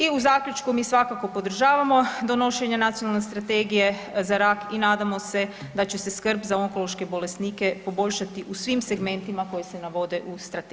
I u zaključku mi svakako podržavamo donošenje Nacionalne strategije za rak i nadamo se da će se skrb za onkološke bolesnike poboljšati u svim segmentima koji se navode u strategiji.